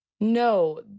No